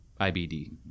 IBD